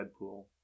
Deadpool